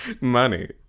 money